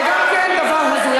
זה גם כן דבר הזוי,